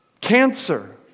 Cancer